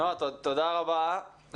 נועה, תודה רבה.